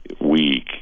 week